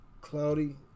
Cloudy